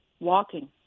walking